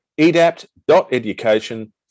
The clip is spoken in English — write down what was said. edapt.education